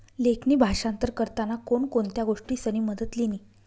लेखणी भाषांतर करताना कोण कोणत्या गोष्टीसनी मदत लिनी